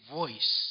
voice